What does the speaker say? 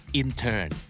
intern